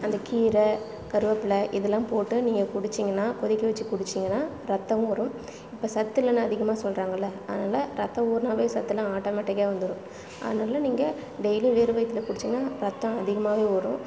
அந்த கீரை கருவேப்பிலை இதெலாம் போட்டு நீங்கள் குடிச்சிங்கன்னா கொதிக்க வச்சு குடிச்சிங்கன்னா ரத்தமும் வரும் இப்போ சத்து இல்லைன்னு அதிகமாக சொல்கிறாங்கள்ல அதனாலே ரத்தம் ஊறினாவே சத்தெலாம் ஆட்டமேடிக்காக வந்துடும் அதனால் நீங்கள் டெய்லி வெறும் வயிற்றுல குடிச்சிங்கன்னா ரத்தம் அதிகமாகவே ஊறும்